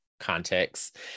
context